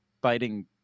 biting